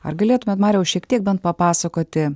ar galėtumėt mariau šiek tiek bent papasakoti